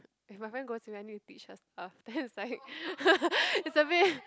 if my friend goes with me I need to teach her stuff then is like is a bit